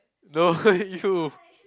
no you